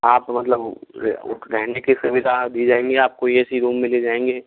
आप मतलब रहने कि सुविधा दी जाएगी आपको ए सी रूम में ले जाएंगे